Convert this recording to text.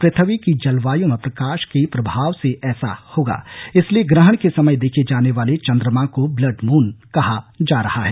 पृथ्वी की जलवाय् में प्रकाश के प्रभाव से ऐसा होगा इसीलिए ग्रहण के समय देखे जाने वाले चन्द्रमा को ब्लड मून कहा जा रहा है